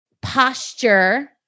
posture